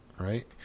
right